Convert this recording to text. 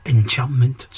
Enchantment